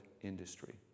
industry